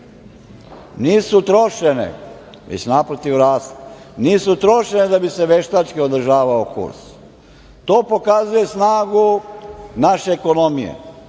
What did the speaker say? Nisu trošene, već, naprotiv, rasle. Nisu trošene da bi se veštački održavao kurs. To pokazuje snagu naše ekonomije,